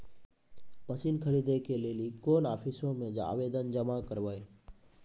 Machine खरीदै के लेली कोन आफिसों मे आवेदन जमा करवै?